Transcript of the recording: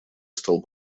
стал